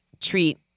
treat